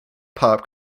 pop